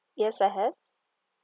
yes I have